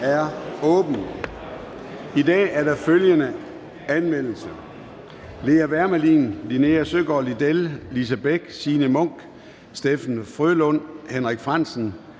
er åbnet. I dag er der følgende anmeldelse: